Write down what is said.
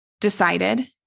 decided